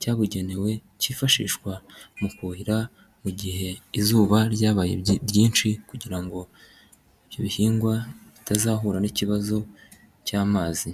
cyabugenewe cyifashishwa mu kuhira mu gihe izuba ryabaye ryinshi, kugira ngo ibyo bihingwa bitazahura n'ikibazo cy'amazi.